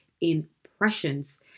impressions